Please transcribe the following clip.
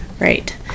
Right